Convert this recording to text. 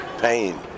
pain